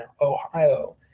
Ohio